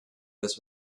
this